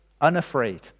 unafraid